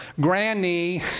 Granny